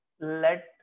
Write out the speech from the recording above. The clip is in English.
let